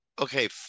okay